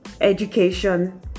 education